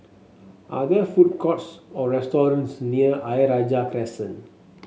are there food courts or restaurants near Ayer Rajah Crescent